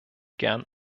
gern